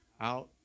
out